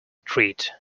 treat